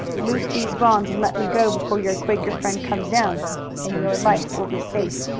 loose these bonds and let me go before your quaker friend comes down and your life will be safe,